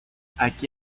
aquí